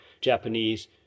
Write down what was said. Japanese